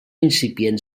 incipient